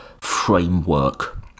framework